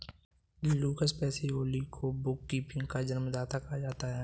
Lucas Pacioli को bookkeeping का जन्मदाता कहा जाता है